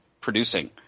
producing